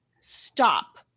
stop